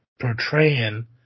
portraying